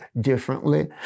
differently